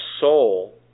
soul